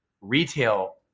retail